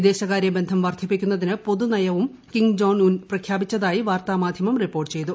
വിദേശകാര്യബന്ധം വർദ്ധിപ്പിക്കുന്നതിന് പൊതുനയവും Kim Jong Un പ്രഖ്യാപിച്ചതായി വാർത്താ മാധ്യമം റിപ്പോർട്ട് ചെയ്തു